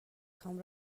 خوام